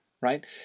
right